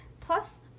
Plus